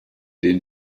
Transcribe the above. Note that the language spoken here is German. den